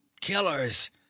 Killers